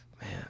Man